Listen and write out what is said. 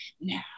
Now